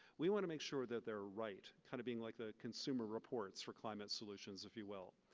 we want to make sure that they're right kind of being like the consumer reports for climate solutions, if you will.